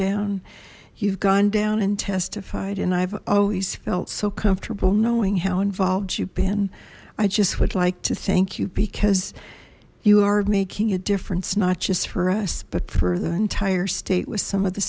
down you've gone down and testified and i've always felt so comfortable knowing how involved you been i just would like to thank you because you are making a difference not just for us but for the entire state with some of the